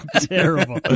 terrible